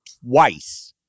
twice